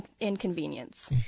inconvenience